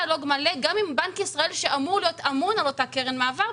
גם עם בנק ישראל שאמור להיות אמון על אותה קרן מעבר,